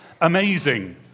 amazing